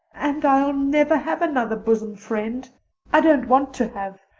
never have another bosom friend i don't want to have.